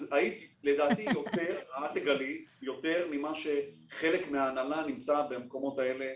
לדעתי היית אצלנו יותר מאשר הזמן שחלק מן ההנהלה נמצא במקומות האלה.